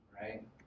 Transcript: Right